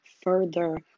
further